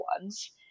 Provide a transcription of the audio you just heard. ones